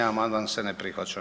Amandman se ne prihvaća.